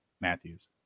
Matthews